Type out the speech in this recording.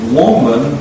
woman